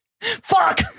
Fuck